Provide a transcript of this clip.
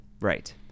Right